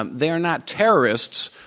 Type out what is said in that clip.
um they are not terrorists.